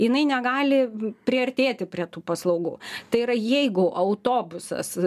jinai negali priartėti prie tų paslaugų tai yra jeigu autobusas